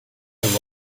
and